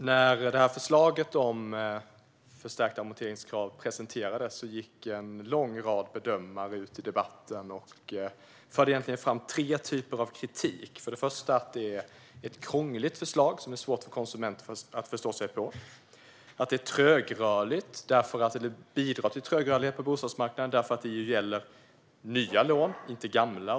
Fru talman! När förslaget om ett förstärkt amorteringskrav presenterades gick en lång rad bedömare ut i debatten och förde fram kritik av tre slag. För det första är det ett krångligt förslag, som det är svårt för konsumenten att förstå sig på. För det andra är det trögrörligt. Åtminstone bidrar det till att bostadsmarknaden blir trögrörlig eftersom det gäller nya lån och inte gamla.